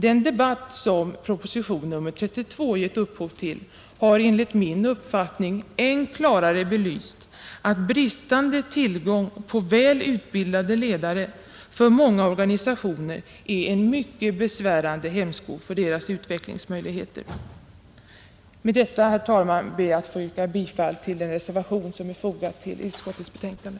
Den debatt som proposition nr 32 gett upphov till har enligt min uppfattning än klarare belyst att bristande tillgång på väl utbildade ledare för många ungdomsorganisationer är en mycket besvärande hämsko på deras utvecklingsmöjligheter. Med detta, herr talman, ber jag att få yrka bifall till den reservation som är fogad till utskottets betänkande.